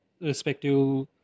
respective